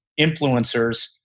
influencers